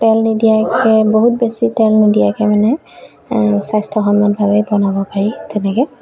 তেল নিদিয়াকে বহুত বেছি তেল নিদিয়াকে মানে স্বাস্থ্যসন্মতভাৱে বনাব পাৰি তেনেকে